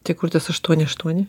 tai kur tas aštuoni aštuoni